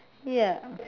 ya